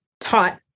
taught